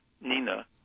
Nina